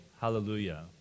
hallelujah